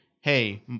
hey